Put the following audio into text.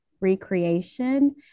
recreation